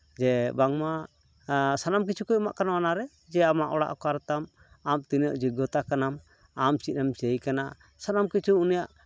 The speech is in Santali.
ᱡᱮ ᱵᱟᱝᱢᱟ ᱥᱟᱱᱟᱢ ᱠᱤᱪᱷᱩᱜᱮ ᱮᱢᱟᱜ ᱠᱟᱱᱟ ᱚᱱᱟᱨᱮ ᱡᱮ ᱟᱢᱟᱜ ᱚᱲᱟᱜ ᱚᱠᱟ ᱨᱮᱛᱟᱢ ᱟᱢ ᱛᱤᱱᱟᱹᱜ ᱡᱚᱜᱜᱚᱛᱟ ᱠᱟᱱᱟᱢ ᱟᱢ ᱪᱮᱫ ᱮᱢ ᱪᱟᱹᱭ ᱠᱟᱱᱟ ᱥᱟᱱᱟᱢ ᱠᱤᱪᱷᱩ ᱩᱱᱤᱭᱟᱜ